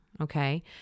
okay